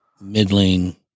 middling